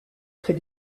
près